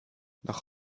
noch